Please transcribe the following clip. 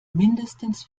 mindestens